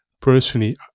personally